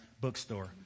Bookstore